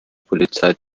polizei